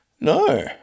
No